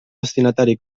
destinatari